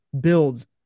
Builds